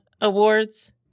awards